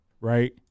right